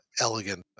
elegant